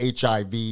HIV